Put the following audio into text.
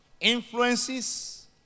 influences